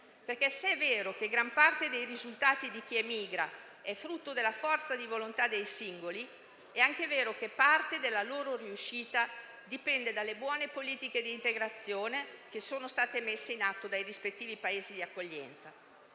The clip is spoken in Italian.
vivere. Se è vero che gran parte dei risultati di chi emigra è frutto della forza di volontà dei singoli, è anche vero che parte della loro riuscita dipende dalle buone politiche di integrazione che sono state messe in atto dai rispettivi Paesi di accoglienza.